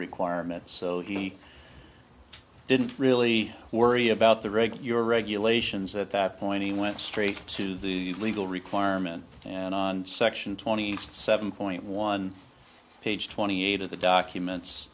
requirement so he i didn't really worry about the reg your regulations at that point he went straight to the legal requirement and on section twenty seven point one page twenty eight of the documents